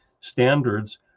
standards